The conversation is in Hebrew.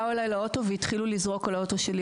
באו אלי לאוטו והתחילו לזרוק אבנים על האוטו שלי,